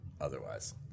otherwise